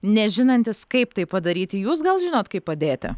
nežinantis kaip tai padaryti jūs gal žinot kaip padėti